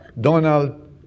Donald